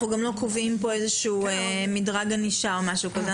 אנחנו גם לא קובעים פה איזשהו מדרג ענישה או משהו כזה.